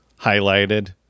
highlighted